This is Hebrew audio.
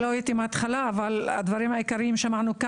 אמנם לא הייתי מהתחלה אבל את הדברים העיקריים שמעתי.